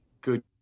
good